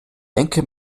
denke